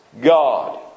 God